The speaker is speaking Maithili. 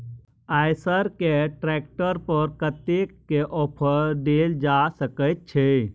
आयसर के ट्रैक्टर पर कतेक के ऑफर देल जा सकेत छै?